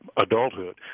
adulthood